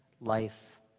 life